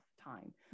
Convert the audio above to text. time